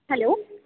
hello